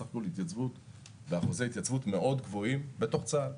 סך הכול אחוזי התייצבות מאוד גבוהים בתוך צה"ל.